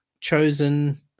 Chosen